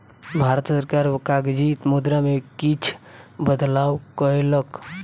भारत सरकार कागजी मुद्रा में किछ बदलाव कयलक